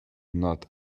not